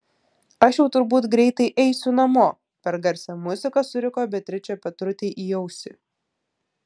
aš jau turbūt greitai eisiu namo per garsią muziką suriko beatričė petrutei į ausį